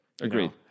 Agreed